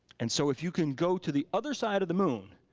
and so if you can go to the other side of the moon,